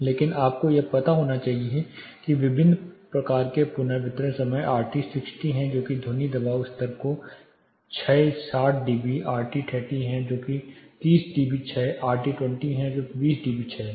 लेकिन आपको पता होना चाहिए कि विभिन्न प्रकार के पुनर्वितरण समय आरटी 60 हैं जो कि ध्वनि दबाव स्तर का क्षय 60 डीबी आरटी 30 है जो कि 30 डीबी क्षय आरटी 20 है जो 20 डीबी क्षय है